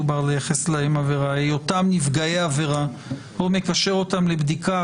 על היותם נפגעי עבירה או מקשר אותם לבדיקה,